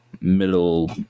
middle